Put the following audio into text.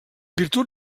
virtut